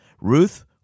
Ruth